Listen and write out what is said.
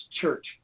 church